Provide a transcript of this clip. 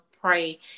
pray